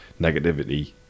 negativity